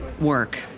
work